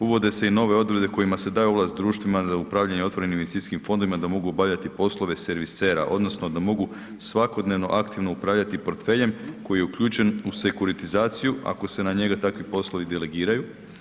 Uvod se i nove odredbe kojima se daje ovlast društvima za upravljanje otvorenim investicijskim fondovima da mogu obavljati poslove servisera, odnosno da mogu svakodnevno aktivno upravljati portfeljem koji je uključen u sekuritizaciju ako se na njega takvi poslovi delegiraju.